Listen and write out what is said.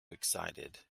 excited